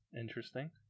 interesting